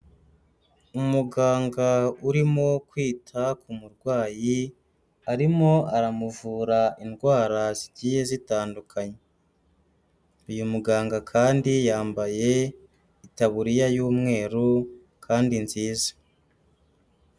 Umuganga urimo kwita ku murwayi, arimo aramuvura indwara zigiye zitandukanye. Uyu muganga kandi yambaye itaburiya y'umweru kandi nziza.